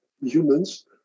humans